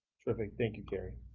perfect, thank you gary.